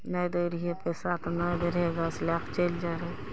नहि दै रहियै पैसा तऽ नहि दै रहै गैस लए कऽ चैलि जाइ रहै